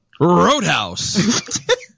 Roadhouse